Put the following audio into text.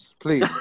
please